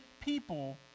people